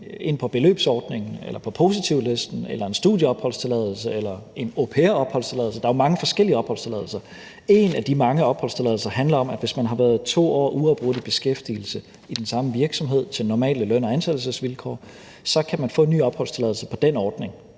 ind på beløbsordningen eller på positivlisten eller en studieopholdstilladelse eller en au-pair-opholdstilladelse. Der er jo mange forskellige opholdstilladelser. En af de mange opholdstilladelser handler om, at man, hvis man har været i 2 års uafbrudt beskæftigelse i den samme virksomhed til normale løn- og ansættelsesvilkår, kan få en ny opholdstilladelse på den ordning,